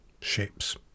shapes